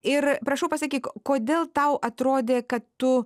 ir prašau pasakyk kodėl tau atrodė kad tu